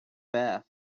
beth